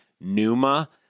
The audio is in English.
Numa